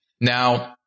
Now